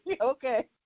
Okay